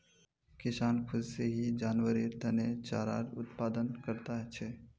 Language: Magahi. किसान खुद से ही जानवरेर तने चारार उत्पादन करता छे